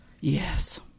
Yes